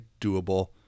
doable